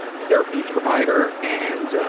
ah therapy provider, and, ah,